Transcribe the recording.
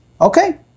Okay